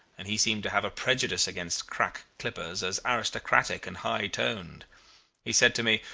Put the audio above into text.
and he seemed to have a prejudice against crack clippers as aristocratic and high-toned. he said to me,